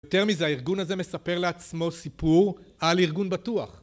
יותר מזה, הארגון הזה מספר לעצמו סיפור על ארגון בטוח